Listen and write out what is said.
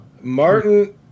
Martin